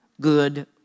Good